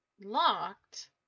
locked